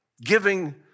giving